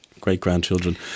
great-grandchildren